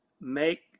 make